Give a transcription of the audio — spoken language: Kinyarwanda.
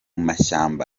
mashyamba